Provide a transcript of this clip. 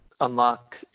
unlock